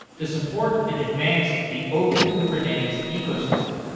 to support and advance the open kubernetes ecosystem.